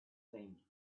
seemed